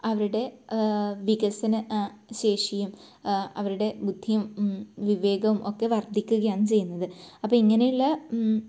അവരുടെ വികസന ശേഷിയും അവരുടെ ബുദ്ധിയും വിവേകവും ഒക്കെ വർദ്ധിക്കുകയാണ് ചെയ്യുന്നത് അപ്പം ഇങ്ങനെയുള്ള